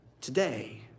today